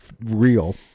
real